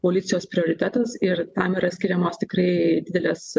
policijos prioritetas ir tam yra skiriamos tikrai didelės